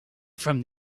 from